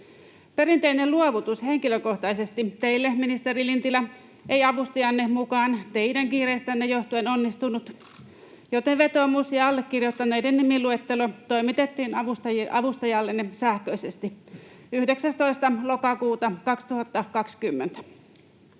Perinteinen luovutus henkilökohtaisesti teille, ministeri Lintilä, ei avustajanne mukaan teidän kiireestänne johtuen onnistunut, joten vetoomus ja allekirjoittaneiden nimiluettelo toimitettiin avustajallenne sähköisesti 19. lokakuuta 2020.